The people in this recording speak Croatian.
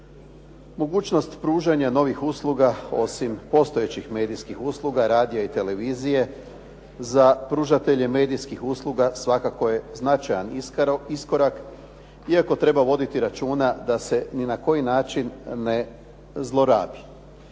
Mogućnost pružanja novih usluga osim postojećih medijskih usluga, radija i televizije, za pružatelje medijskih usluga svakako je značajan iskorak, iako treba voditi računa da se ni na koji način ne zlorabi.